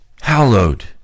hallowed